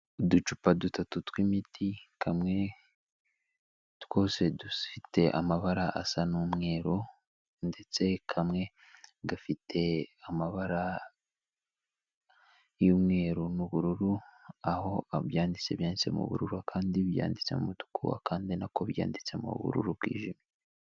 Uducupa dutatu tw'imiti, kamwe twose dufite amabara asa n'umweru ndetse kamwe gafite amabara y'umweru n'ubururu. Aho abyanditse byanditse mu bururu, akandi byanditse mu mutuku, kandi nako byanditse mu bururu bwijimye.